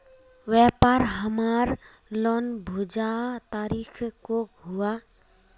व्यापार हमार लोन भेजुआ तारीख को हुआ?